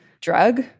drug